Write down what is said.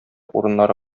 урыннары